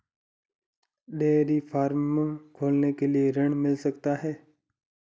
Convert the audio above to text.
Dairy farm खोलने के लिए ऋण मिल सकता है?